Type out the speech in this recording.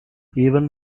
even